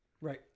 Right